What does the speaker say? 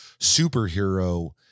superhero